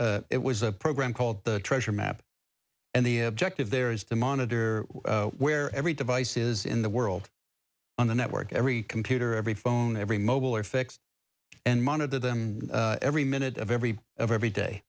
show it was a program called the treasure map and the objective there is to monitor where every device is in the world on the network every computer every phone every mobile or fixed and monitor them every minute of every of every day